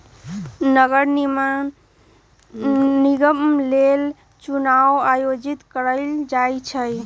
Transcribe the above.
नगर निगम लेल चुनाओ आयोजित करायल जाइ छइ